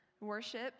Worship